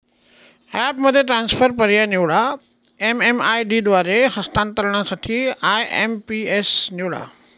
ॲपमध्ये ट्रान्सफर पर्याय निवडा, एम.एम.आय.डी द्वारे हस्तांतरणासाठी आय.एम.पी.एस निवडा